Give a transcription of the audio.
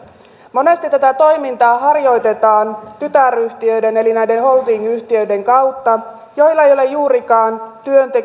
monesti tätä toimintaa harjoitetaan tytäryhtiöiden eli holdingyhtiöiden kautta joilla ei ole juurikaan työntekijöitä